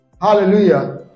hallelujah